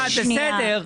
בסדר.